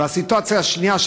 והסיטואציה השנייה,